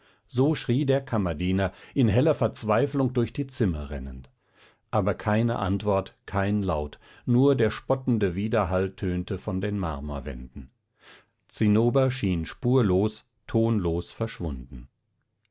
so schrie der kammerdiener in heller verzweiflung durch die zimmer rennend aber keine antwort kein laut nur der spottende widerhall tönte von den marmorwänden zinnober schien spurlos tonlos verschwunden